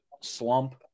slump